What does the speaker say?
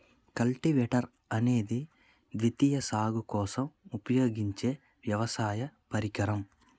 cultivator అనేది ద్వితీయ సాగు కోసం ఉపయోగించే వ్యవసాయ పరికరం